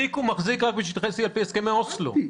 עלפי הסכמי אוסלו,